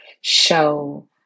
show